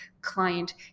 client